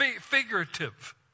figurative